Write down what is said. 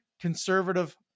conservative